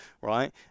right